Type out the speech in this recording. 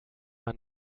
man